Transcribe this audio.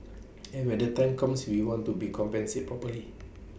and when the time comes we want to be compensated properly